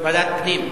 ועדת פנים.